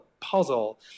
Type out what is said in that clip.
puzzle